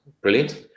brilliant